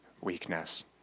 weakness